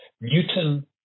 Newton